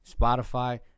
Spotify